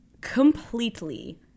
completely